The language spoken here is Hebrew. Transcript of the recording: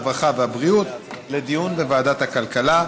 הרווחה והבריאות לדיון בוועדת הכלכלה.